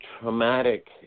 traumatic